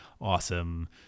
awesome